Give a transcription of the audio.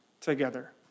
together